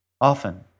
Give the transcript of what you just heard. Often